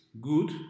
good